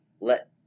let